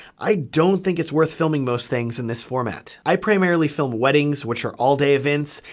i don't think it's worth filming most things in this format. i primarily film weddings, which are all-day events,